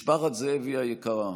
משפחת זאבי היקרה,